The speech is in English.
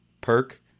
perk